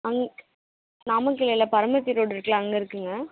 ஆ நாமக்கல்லில் பரமத்தி ரோடு இருக்குதுல்ல அங்கே இருக்குதுங்க